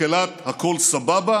מקהלת הכול סבבה